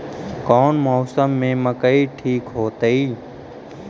कौन मौसम में मकई ठिक होतइ?